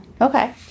Okay